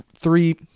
three